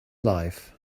life